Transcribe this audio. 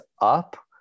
up